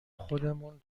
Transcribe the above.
خودمون